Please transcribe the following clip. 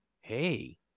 hey